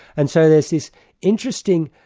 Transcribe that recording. and so there's this interesting.